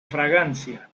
fragancia